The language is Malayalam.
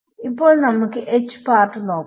ഇപ്പോൾ നമുക്ക് പാർട്ട് നോക്കാം